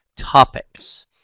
topics